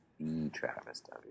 TheTravisW